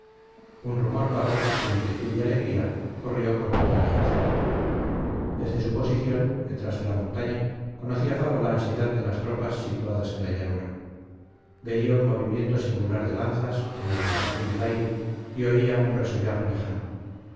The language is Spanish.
un rumor vago de inquietud y alegría corrió por todo el ejército desde su posición detrás de la montaña conocía fago la ansiedad de las tropas situadas en la llanura veía un movimiento singular de lanzas como vibración del aire y oía un resollar lejano